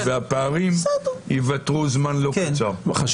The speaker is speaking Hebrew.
וקולם של שני חברי הכנסת שהם יושבי ראש הוועדות בהקשר הזה חשוב